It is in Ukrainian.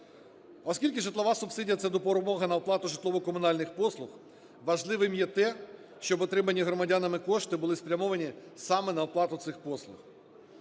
Оскільки грошова субсидія – це допомога на оплату житлово-комунальних послуг, важливим є те, щоб отримані громадянами кошти бути спрямовані саме на оплату цих послуг.